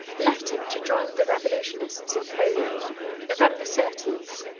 left him to join the revolutionists in poland november thirty.